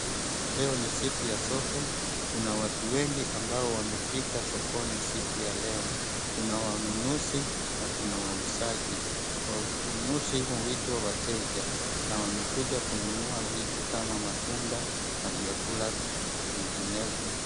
Leo ni siku ya soko, kuna watu wengi ambao wamefika sokoni siku ya leo. Kuna wanunuzi na kuna wauzaji. Wanunuzi huitwa wateja na wamekuja kununua vitu kama matunda na vyakula vingine.